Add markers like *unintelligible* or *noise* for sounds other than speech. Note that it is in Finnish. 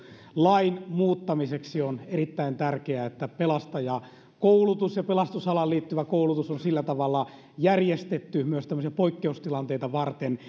lain muuttamiseksi on erittäin tärkeää että pelastajakoulutus ja pelastusalaan liittyvä koulutus on sillä tavalla järjestetty myös tämmöisiä poikkeustilanteita varten *unintelligible*